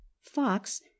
Fox